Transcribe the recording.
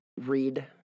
read